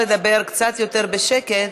לדבר קצת יותר בשקט.